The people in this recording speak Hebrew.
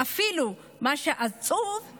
מה שעצוב זה